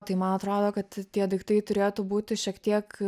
tai man atrodo kad tie daiktai turėtų būti šiek tiek